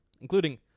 including